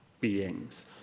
beings